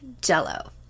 Jello